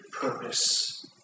purpose